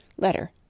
Letter